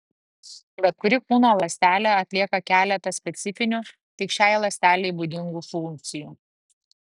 bet kuri kūno ląstelė atlieka keletą specifinių tik šiai ląstelei būdingų funkcijų